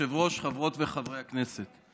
כבוד היושב-ראש, חברות וחברי הכנסת,